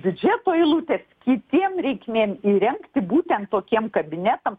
biudžeto eilutė kitiem reikmės įrengti būtent tokies kabinetam